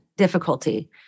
difficulty